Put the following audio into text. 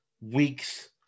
weeks